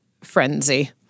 frenzy